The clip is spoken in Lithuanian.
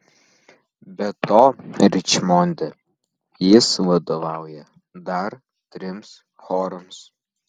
be to ričmonde jis vadovauja dar trims chorams